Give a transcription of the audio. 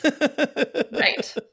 Right